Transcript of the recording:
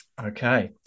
okay